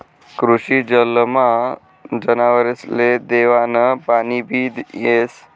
कृषी जलमा जनावरसले देवानं पाणीबी येस